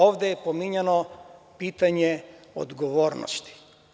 Ovde je pominjano pitanje odgovornosti.